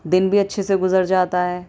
دن بھی اچھے سے گزر جاتا ہے